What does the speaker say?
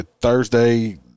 Thursday